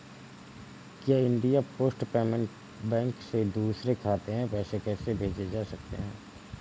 क्या India post payment bank से दूसरे खाते में पैसे भेजे जा सकते हैं?